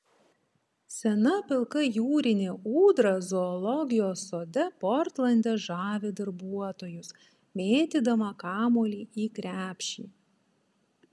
sena pilka jūrinė ūdra zoologijos sode portlande žavi darbuotojus mėtydama kamuolį į krepšį